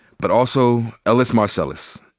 but also ellis marsalis.